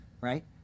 right